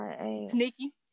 sneaky